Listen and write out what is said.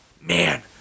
Man